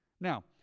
now